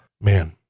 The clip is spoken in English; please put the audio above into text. Man